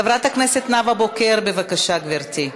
חברת הכנסת נאוה בוקר, בבקשה, גברתי.